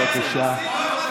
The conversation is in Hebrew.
במקומך.